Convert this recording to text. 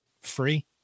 free